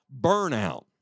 burnout